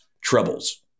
Troubles